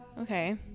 Okay